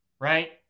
right